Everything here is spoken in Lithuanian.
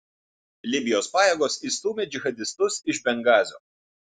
libijos pajėgos išstūmė džihadistus iš bengazio